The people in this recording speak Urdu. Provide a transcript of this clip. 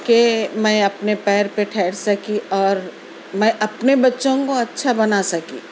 کہ میں اپنے پیر پہ ٹھہر سکی اور میں اپنے بچوں کو اچھا بنا سکی